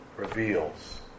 reveals